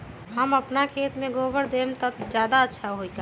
हम अपना खेत में गोबर देब त ज्यादा अच्छा होई का?